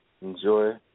Enjoy